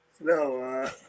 No